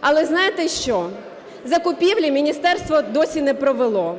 Але знаєте, що? Закупівлі міністерство досі не провело.